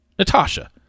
Natasha